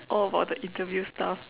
all about the interview stuff